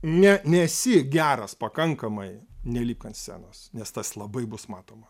ne nesi geras pakankamai nelipk ant scenos nes tas labai bus matoma